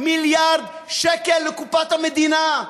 מיליארד שקל לקופת המדינה.